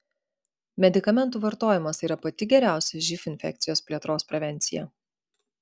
medikamentų vartojimas yra pati geriausia živ infekcijos plėtros prevencija